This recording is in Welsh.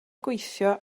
gweithio